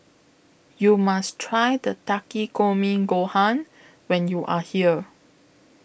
YOU must Try Takikomi Gohan when YOU Are here